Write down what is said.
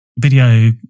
video